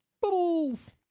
Bubbles